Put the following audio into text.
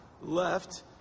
left